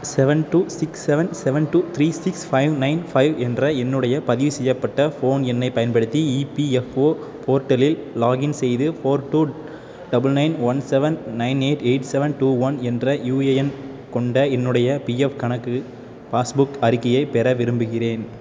seven two six seven seven two three six five nine five என்ற என்னுடைய பதிவு செய்யப்பட்ட ஃபோன் எண்ணை பயன்படுத்தி இபிஎஃப்ஓ போர்ட்டலில் லாக்இன் செய்து four two double nine one seven nine eight eight seven two one என்ற யுஏஎன் கொண்ட என்னுடைய பிஎஃப் கணக்கு பாஸ்புக் அறிக்கையை பெற விரும்புகிறேன்